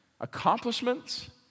accomplishments